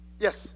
Yes